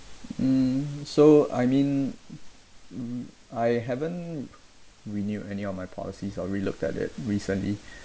mm so I mean mm I haven't renewed any of my policies or relook at it recently